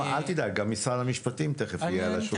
אל תדאג, גם משרד המשפטים תכף יהיה פה על השולחן.